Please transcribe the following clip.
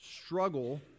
struggle